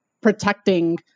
protecting